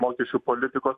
mokesčių politikos